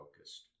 focused